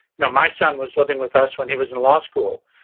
you know my son was living with us when he was in law school,